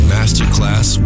Masterclass